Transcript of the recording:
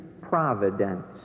providence